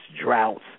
droughts